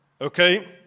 Okay